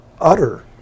utter